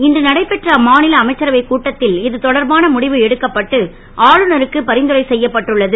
இன்று நடைபெற்ற அம்மா ல அமைச்சரவைக் கூட்டத் ல் இதுதொடர்பான முடிவு எடுக்கப்பட்டு ஆளுனருக்கு பரிந்துரை செ யப்பட்டுள்ளது